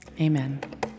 Amen